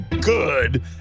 good